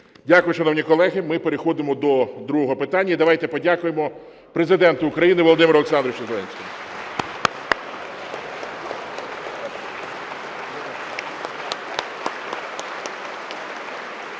Дякую, шановні колеги. Ми переходимо другого питання. І давайте подякуємо Президенту України Володимиру Олександровичу Зеленському.